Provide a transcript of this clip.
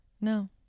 No